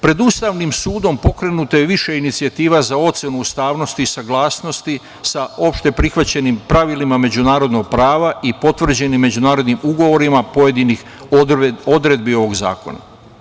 Pred Ustavnim sudom pokrenuto je više inicijativa za ocenu ustavnosti i saglasnosti sa opšte prihvaćenim pravilima međunarodnog prava i potvrđenim međunarodnim ugovorima pojedinih odredbi ovog zakona.